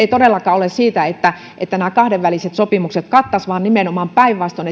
ei todellakaan ole siitä että että nämä kahdenväliset sopimukset kattaisivat tämän vaan nimenomaan päinvastoin